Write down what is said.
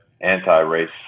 anti-race